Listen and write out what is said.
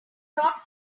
thought